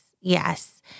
yes